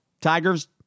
tigers